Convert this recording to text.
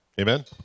Amen